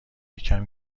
یکم